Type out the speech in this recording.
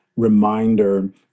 Reminder